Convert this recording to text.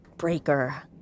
Breaker